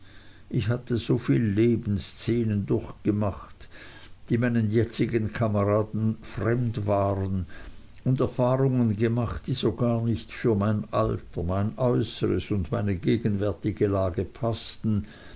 ich hatte soviel lebensszenen durchgemacht die meinen jetzigen kameraden fremd waren und erfahrungen gemacht die so gar nicht für mein alter mein äußeres und meine gegenwärtige lage paßten